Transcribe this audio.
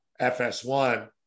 FS1